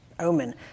omen